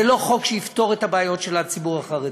זה לא חוק שיפתור את הבעיות של הציבור החרדי,